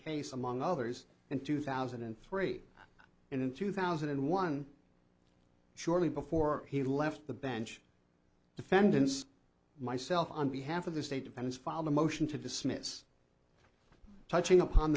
case among others in two thousand and three and in two thousand and one shortly before he left the bench defendants myself on behalf of the state depends filed a motion to dismiss touching upon